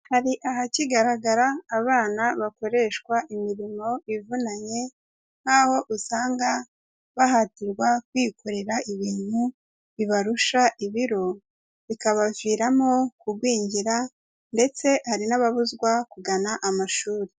Hari ahakigaragara abana bakoreshwa imirimo ivunanye nk'aho usanga bahatirwa kwikorera ibintu bibarusha ibiro bikabaviramo kugwingira ndetse hari n'ababuzwa kugana amashuri.